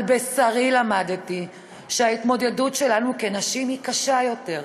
על בשרי למדתי שההתמודדות שלנו כנשים היא קשה יותר,